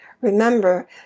remember